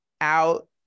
out